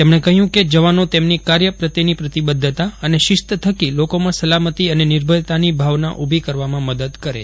તેમણે કહ્યું કે જવાનો તેમની કાર્ય પ્રત્યેની પ્રતિબદ્ધતા અને શિસ્ત થકી લોકોમાં સલામતી અને નિર્ભયતાની ભાવના ઊભી કરવામાં મદદ કરે છે